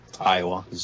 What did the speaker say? Iowa